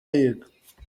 yiga